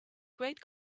great